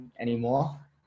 anymore